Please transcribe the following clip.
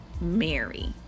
Mary